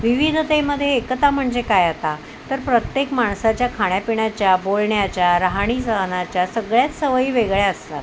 विविधतेमध्ये एकता म्हणजे काय आता तर प्रत्येक माणसाच्या खाण्यापिण्याच्या बोलण्याच्या राहाणी सहनाच्या सगळ्याच सवयी वेगळ्या असतात